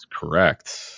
correct